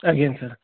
ଆଜ୍ଞା ସାର୍